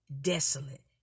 desolate